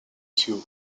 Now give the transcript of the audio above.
queue